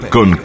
Con